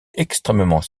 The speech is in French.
extrêmement